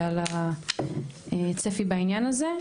ועל הצפי בעניין הזה,